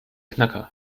knacker